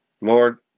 Lord